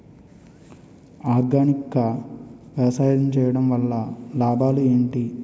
Organic గా వ్యవసాయం చేయడం వల్ల లాభాలు ఏంటి?